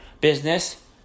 business